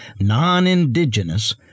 non-indigenous